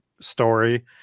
story